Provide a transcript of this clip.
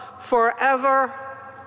forever